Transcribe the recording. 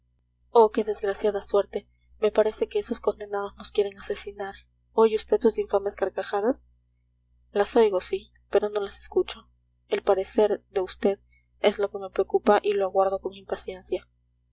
oh qué desgraciada suerte me parece que esos condenados nos quieren asesinar oye vd sus infames carcajadas las oigo sí pero no las escucho el parecer de vd es lo que me preocupa y lo aguardo con impaciencia